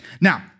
Now